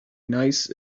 nice